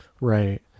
right